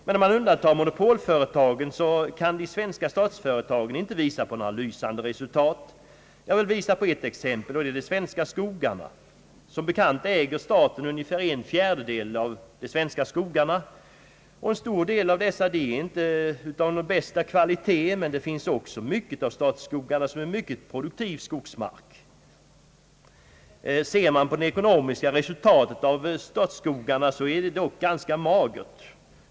Om man undantar monopolföretagen så kan de svenska statsföretagen inte visa på några lysande resultat. Jag vill anföra ett exempel, och det är de svenska skogarna. Som bekant äger staten ungefär en fjärdedel av de svenska skogarna. En stor del av dessa är inte av bästa kvalitet, men det finns också en hel del statsskogar som är mycket produktiv skogsmark. Ser man på det ekonomiska resultatet av statsskogarna så är detta dock ganska magert.